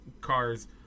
Cars